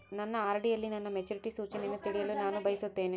ನನ್ನ ಆರ್.ಡಿ ಯಲ್ಲಿ ನನ್ನ ಮೆಚುರಿಟಿ ಸೂಚನೆಯನ್ನು ತಿಳಿಯಲು ನಾನು ಬಯಸುತ್ತೇನೆ